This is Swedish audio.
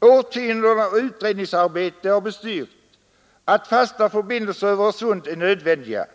Årtionden av utredningsarbete har bestyrkt att fasta förbindelser över Öresund är nödvändiga.